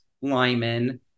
Lyman